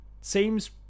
seems